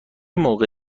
موقع